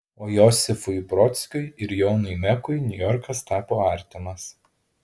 o josifui brodskiui ir jonui mekui niujorkas tapo artimas